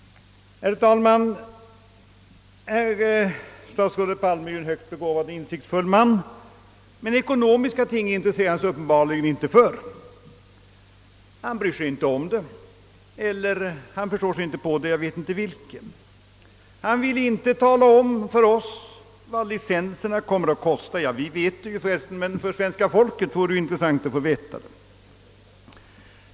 Herr talman! Statsrådet Palme är ju en högt begåvad och insiktsfull man, men ekonomiska ting intresserar han sig uppenbarligen inte för. Han bryr sig inte om dem eller han förstår sig inte på dem — jag vet inte vilket. Han vill t.ex. inte tala om för svenska folket vad licenserna kommer att kosta.